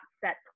set